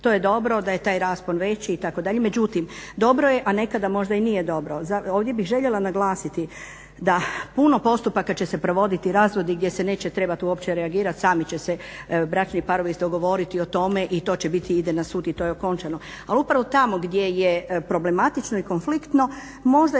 To je dobro, da je taj raspon veći. I tako dalje. Međutim, dobro je, a nekada možda i nije dobro. Ovdje bih željela naglasiti da puno postupaka će se provoditi razvodi gdje se neće trebati uopće reagirati, sami će se bračni parovi dogovoriti o tome i to će biti, ide na sud i to je okončano. Ali upravo tamo gdje je problematično i konfliktno, možda je